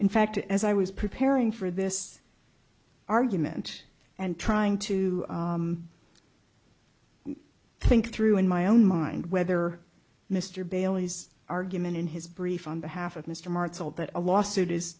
in fact as i was preparing for this argument and trying to i think through in my own mind whether mr bailey's argument in his brief on behalf of mr martz all that a lawsuit